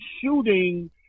shooting